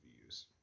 views